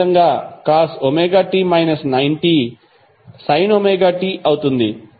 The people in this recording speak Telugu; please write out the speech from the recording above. అదేవిధంగాcos ωt 90 sin ωt అవుతుంది